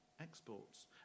exports